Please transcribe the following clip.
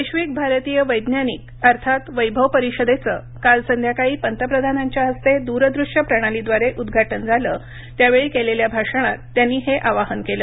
वैबिक भारतीय वैज्ञानिक अर्थात वैभव परिषदेचं काल संध्याकाळी पंतप्रधानांच्या हस्ते दूरदृश्य प्रणालीद्वारे उद्घाटन झालं त्यावेळी केलेल्या भाषणात त्यांनी हे आवाहन केलं